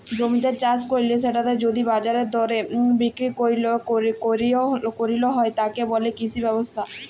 জমিতে চাস কইরে সেটাকে যদি বাজারের দরে বিক্রি কইর হয়, তাকে বলে কৃষি ব্যবসা